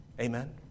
Amen